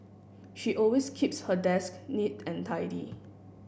she always keeps her desk neat and tidy